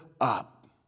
up